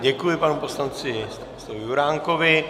Děkuji panu poslanci Juránkovi.